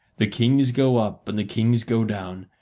the kings go up and the kings go down,